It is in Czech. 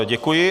Děkuji.